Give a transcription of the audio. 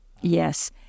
yes